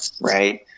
right